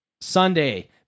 Sunday